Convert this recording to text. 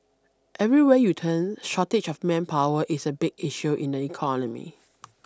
everywhere you turn shortage of manpower is a big issue in the economy